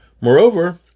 Moreover